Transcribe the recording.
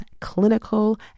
clinical